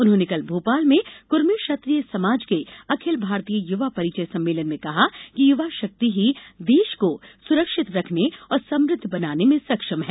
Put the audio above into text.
उन्होंने कल भोपाल में कुर्मी क्षत्रिय समाज के अखिल भारतीय युवा परिचय सम्मेलन में कहा कि युवाशक्ति ही देश को सुरक्षित रखने और समृद्ध बनाने में सक्षम है